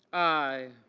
i.